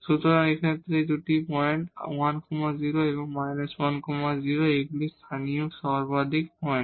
সুতরাং এই ক্ষেত্রে এই দুটি পয়েন্ট 10 এবং −10 এগুলি স্থানীয় সর্বাধিক পয়েন্ট